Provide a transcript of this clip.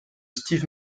steve